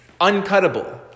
uncuttable